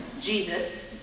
Jesus